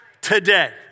today